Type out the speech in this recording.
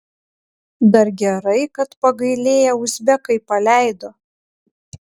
dar gerai kad pagailėję uzbekai paleido